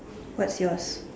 what's yours